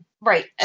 Right